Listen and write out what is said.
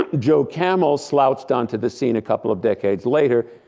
ah joe camel slouched onto the scene a couple of decades later,